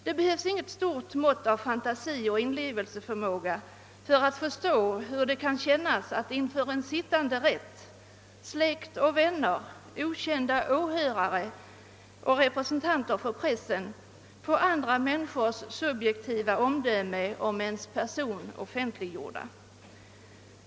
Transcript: Det behövs inget stort mått av fantasi och inlevelseförmåga för att förstå hur det skall kännas att inför sittande rätt, släkt och vänner, okända åhörare och representanter för pressen få andra människors subjektiva omdömen om ens person offentliggjorda.